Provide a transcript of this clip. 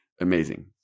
amazing